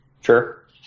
Sure